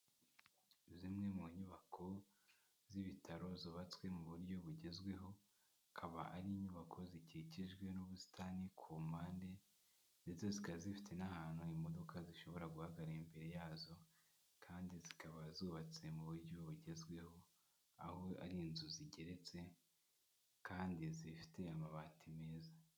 Zimwe mu nyubako z'ibitaro, zubatswe mu buryo bugezweho akaba ari inyubako zikikijwe n'ubusitani ku mpande ndetse zikaba zifite n'ahantu imodoka zishobora guhagarara imbere yazo kandi zikaba zubatse mu buryo bugezweho aho ari inzu zigeretse kandi zifite amabati meza.